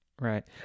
Right